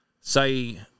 Say